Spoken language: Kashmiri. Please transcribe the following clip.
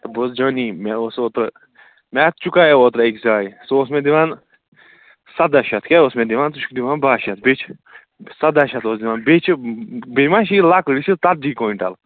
ہے بوز جانی مےٚ اوس اوترٕ مےٚ چُکایو اوترٕ أکِس جایہِ سُہ اوس مےٚ دِوان سداہ شیٚتھ کیٛاہ اوس مےٚ دِوان ژٕ چھُکھ دِوان باہ شیٚتھ بیٚیہِ چھِ سداہ شیٚتھ اوس دِوان بیٚیہِ چھِ بیٚیہِ ما چھِ یہِ لۅکٕٹ یہِ چھِ ژتجی کوینٹَل